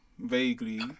Vaguely